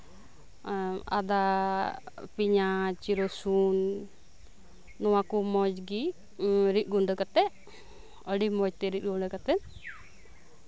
ᱟᱫᱟ ᱯᱮᱸᱭᱟᱡᱽ ᱨᱩᱥᱩᱱ ᱱᱚᱣᱟ ᱠᱚ ᱢᱚᱸᱡᱽᱜᱮ ᱨᱤᱫ ᱜᱩᱰᱟᱹ ᱠᱟᱛᱮᱜ ᱟᱹᱰᱤ ᱢᱚᱸᱡᱽᱛᱮ ᱨᱤᱫ ᱜᱩᱰᱟᱹ ᱠᱟᱛᱮᱜ